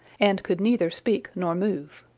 and could neither speak nor move.